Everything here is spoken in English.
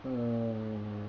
mm